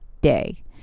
day